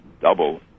double